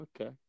okay